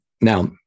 Now